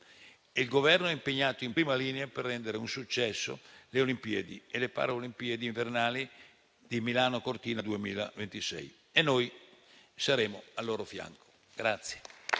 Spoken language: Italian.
Il Governo è impegnato in prima linea per rendere un successo le Olimpiadi e le Paralimpiadi invernali di Milano-Cortina 2026 e noi saremo al suo fianco.